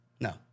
No